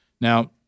Now